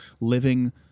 living